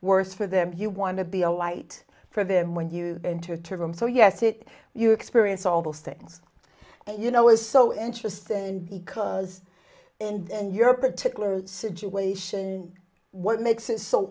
worse for them you want to be a light for them when you enter to them so yes it you experience all those things and you know it's so interesting because and your particular situation what makes